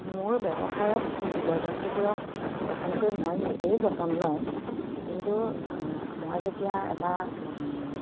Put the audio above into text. মোৰ ব্যৱসায়ত জীৱ জন্তুবোৰক প্ৰধানকৈ মই নিজেই যতন লওঁ কিন্তু মই যেতিয়া এটা